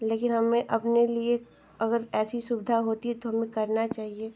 लैकिन हमें अपने लिए अगर ऐसी सुविधा होती है तो हमें करना चाहिए